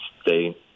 stay